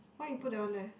why you put that one there